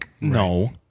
no